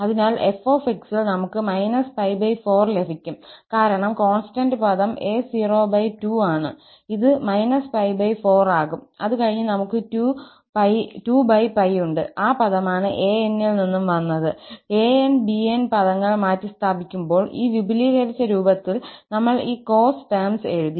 അതിനാൽ 𝑓𝑥 ൽ നമുക്ക് −𝜋4ലഭിക്കും കാരണം കോൺസ്റ്റന്റ് പദം a02ആണ് ഇത് −𝜋4ആകും അതുകഴിഞ് നമുക് −2𝜋ഉണ്ട് ആ പദമാണ് 𝑎𝑛 ൽ നിന്നും വന്നത് 𝑎𝑛 𝑏𝑛 പദങ്ങൾ മാറ്റിസ്ഥാപിക്കുമ്പോൾ ഈ വിപുലീകരിച്ച രൂപത്തിൽ നമ്മൾ ഈ കോസ് ടെംസ് എഴുതി